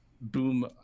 boom